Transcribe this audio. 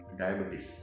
diabetes